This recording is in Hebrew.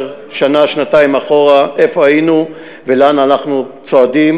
שנה-שנתיים אחורה איפה היינו ולאן אנחנו צועדים.